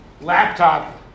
laptop